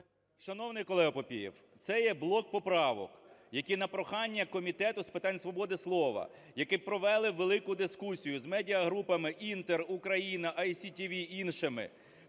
Шановний колего Папієв, це є блок поправок, які на прохання Комітету з питань свободи слова, які провели велику дискусію з медіа-групами "Інтер", "Україна", ICTV, іншими,